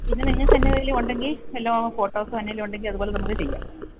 പിന്നെ നിങ്ങക്ക് എന്നതെങ്കിലും ഉണ്ടെങ്കിൽ വല്ലതും ഫോട്ടോസോ എന്നെലും ഉണ്ടെങ്കിൽ അതുപോലെ നമുക്ക് ചെയ്യാം